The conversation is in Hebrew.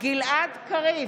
גלעד קריב,